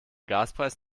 gaspreis